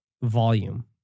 volume